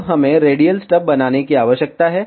अब हमें radial stubs बनाने की आवश्यकता है